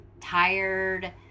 tired